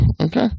okay